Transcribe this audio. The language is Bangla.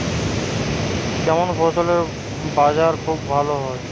কেমন ফসলের বাজার খুব ভালো হয়?